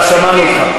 שמענו אותך.